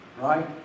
Right